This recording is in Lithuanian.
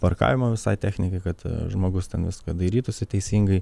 parkavimo visai technikai kad žmogus ten viską dairytųsi teisingai